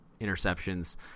interceptions